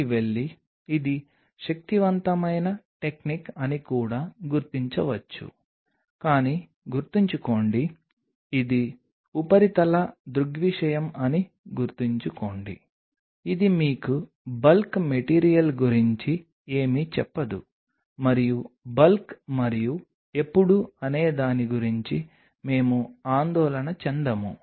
కాబట్టి ఉపరితల కవరేజీ పూర్తిగా పూర్తిగా ఉండాలని మీరు గుర్తుంచుకోవాలి లేకపోతే మీరు దానిపై పరమాణు శక్తి మైక్రోస్కోపీ చేస్తే తప్ప మీరు నిజంగా నిర్ధారించలేని తక్కువ స్థలం ఉండవచ్చు